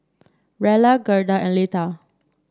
Rella Gerda and Leatha